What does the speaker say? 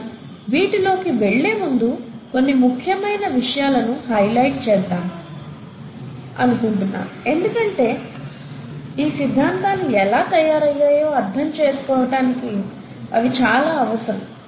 కానీ వీటిలోకి వెళ్లే ముందు కొన్ని ముఖ్యమైన విషయాలను హైలైట్ చేద్దాం అనుకుంటున్నాను ఎందుకంటే ఈ సిద్ధాంతాలు ఎలా తయారైయ్యాయో అర్థం చేసుకోవటానికి అవి చాలా అవసరం